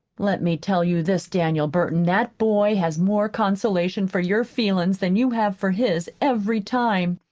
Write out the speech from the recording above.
let me tell you this, daniel burton that boy has more consolation for your feelin's than you have for his, every time.